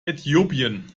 äthiopien